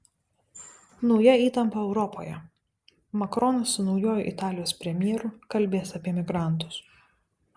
nauja įtampa europoje makronas su naujuoju italijos premjeru kalbės apie migrantus